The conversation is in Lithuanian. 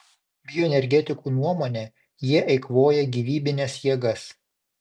bioenergetikų nuomone jie eikvoja gyvybines jėgas